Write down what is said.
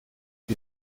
die